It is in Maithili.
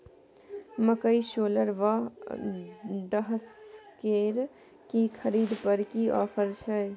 मकई शेलर व डहसकेर की खरीद पर की ऑफर छै?